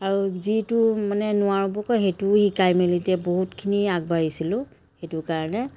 আৰু যিটো মানে নোৱাৰোঁ বুলি কওঁ সেইটোও শিকাই মেলি দিয়ে বহুতখিনি আগবাঢ়িছিলোঁ সেইটো কাৰণে